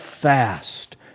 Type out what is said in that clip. fast